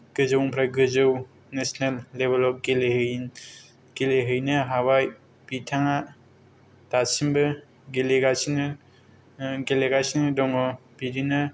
गोजौनिफ्राय गोजौ नेसनेल लेबेलाव गेलेहै गेलेहैनो हाबाय बिथांआ दासिमबो गेलेगासिनो गेलेगासिनो दङ बिदिनो